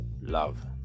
love